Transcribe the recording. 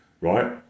right